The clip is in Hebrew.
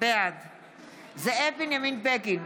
בעד זאב בנימין בגין,